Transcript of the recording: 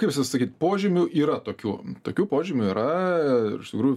kaip čia sakyt požymių yra tokių tokių požymių yra ir iš tikrųjų